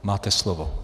Máte slovo.